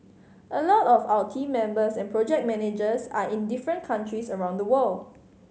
a lot of our team members and project managers are in different countries around the world